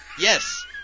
Yes